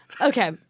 Okay